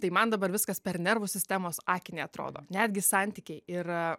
tai man dabar viskas per nervų sistemos akinį atrodo netgi santykiai ir e